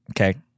Okay